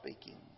speaking